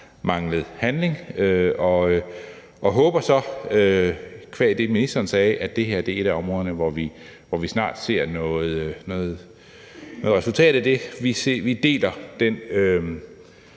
manglet handling, og vi håber så qua det, ministeren sagde, at det her er et af områderne, hvor vi snart ser et resultat. Vi deler den